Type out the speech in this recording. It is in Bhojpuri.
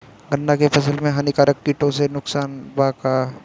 गन्ना के फसल मे हानिकारक किटो से नुकसान बा का?